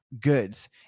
goods